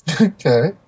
Okay